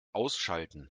ausschalten